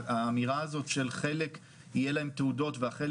האמירה הזאת שלחלק יהיו תעודות ועל חלק